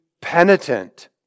penitent